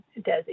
Desi